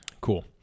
cool